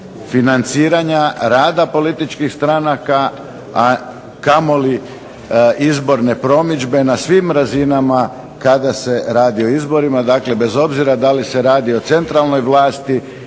financiranja rada političkih stranaka, a kamoli izborne promidžbe na svim razinama kada se radi o izborima, dakle bez obzira da li se radi o centralnoj vlasti